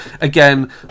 again